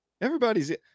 Everybody's